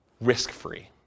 risk-free